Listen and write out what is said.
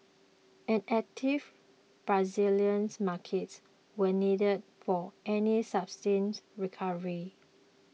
an active Brazilian markets were needed for any sustained recovery